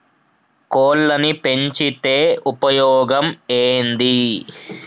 కోళ్లని పెంచితే ఉపయోగం ఏంది?